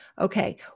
okay